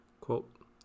Quote